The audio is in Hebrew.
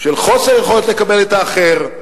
של חוסר יכולת לקבל את האחר,